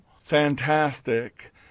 fantastic